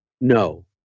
no